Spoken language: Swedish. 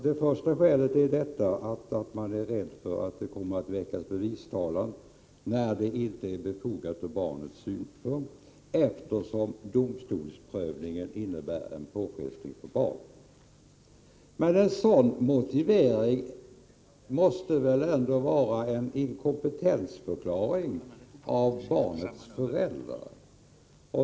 Det första skälet är att man är rädd för att det kommer att väckas bevistalan när det inte är befogat ur barnets synpunkt, eftersom domstolsprövningen innebär en påfrestning för barnet. Men en sådan motivering måste väl ändå vara en inkompetensförklaring av barnets föräldrar.